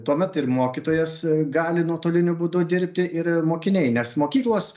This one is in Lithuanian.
tuomet ir mokytojas gali nuotoliniu būdu dirbti ir mokiniai nes mokyklos